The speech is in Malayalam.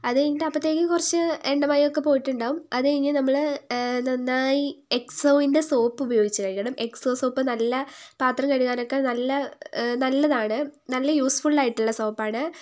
അതു കഴിഞ്ഞിട്ട് അപ്പോഴത്തേക്ക് കു റച്ച് എണ്ണമയമൊക്കെ പോയിട്ടുണ്ടാവും അതുകഴിഞ്ഞു നമ്മൾ നന്നായി എക്സോയിന്റെ സോപ്പ് ഉപയോഗിച്ച് കഴുകണം എക്സോ സോപ്പ് നല്ല പാത്രം കഴുകാനൊക്കെ നല്ല നല്ലതാണ് നല്ല യൂസ്ഫുളായിട്ടുള്ള സോപ്പാണ്